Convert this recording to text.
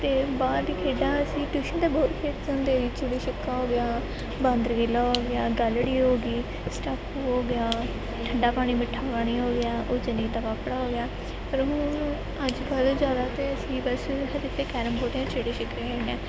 ਅਤੇ ਬਾਹਰ ਦੀਆਂ ਖੇਡਾਂ ਅਸੀਂ ਟਿਊਸ਼ਨ 'ਤੇ ਬਹੁਤ ਖੇਡਦੇ ਹੁੰਦੇ ਸੀ ਚਿੜੀ ਛਿੱਕਾ ਹੋ ਗਿਆ ਬਾਂਦਰ ਕਿੱਲਾ ਹੋ ਗਿਆ ਗਾਲੜ੍ਹੀ ਹੋ ਗਈ ਸਟੈਪੂ ਹੋ ਗਿਆ ਠੰਡਾ ਪਾਣੀ ਮਿੱਠਾ ਪਾਣੀ ਹੋ ਗਿਆ ਊਚ ਨੀਚ ਦਾ ਪਾਪੜਾ ਹੋ ਗਿਆ ਪਰ ਉਹ ਉਹਨੂੰ ਅੱਜ ਕੱਲ੍ਹ ਜ਼ਿਆਦਾ ਤਾਂ ਅਸੀਂ ਬੱਸ ਹਜੇ ਤਾਂ ਕੈਰਮਬੋਟ ਜਾਂ ਚਿੜੀ ਛਿੱਕਾ ਹੀ ਖੇਡਦੇ ਹਾਂ